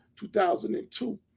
2002